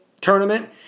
tournament